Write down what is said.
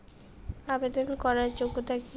আবেদন করার যোগ্যতা কি?